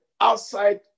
outside